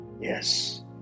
yes